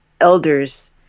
elders